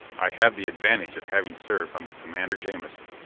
i have the advantage of having served under commander jamison!